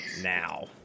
now